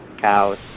cows